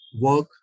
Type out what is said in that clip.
work